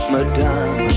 Madame